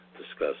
discuss